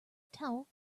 towel